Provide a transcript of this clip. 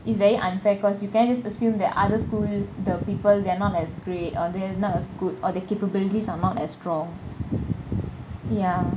it's very unfair because you cannot just assume that other school the people they're not as great or they're not as good or their capabilities are not as strong ya